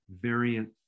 variant